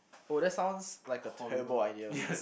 oh that sounds like a terrible idea